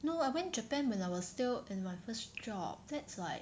no I went Japan when I was still in my first job that's like